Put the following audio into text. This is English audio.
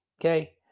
Okay